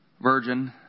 virgin